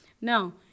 Now